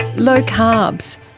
low carbs,